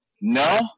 no